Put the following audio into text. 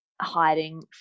hiding